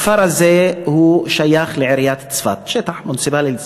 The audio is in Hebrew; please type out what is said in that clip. הכפר הזה שייך לעיריית צפת, שטח מוניציפלי צפת,